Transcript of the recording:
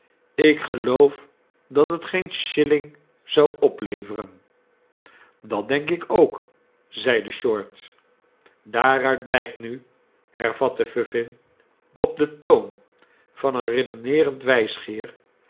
ik geloof dat het geen shilling zou opleveren dat denk ik ook zeide short daaruit blijkt nu hervatte vuffin op den toon van een redeneerend wijsgeer